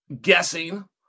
guessing